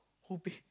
who pay